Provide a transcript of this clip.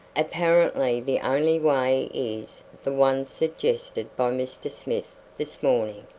apparently the only way is the one suggested by mr. smith this morning,